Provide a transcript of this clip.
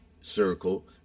circle